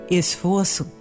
esforço